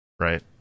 right